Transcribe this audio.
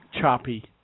choppy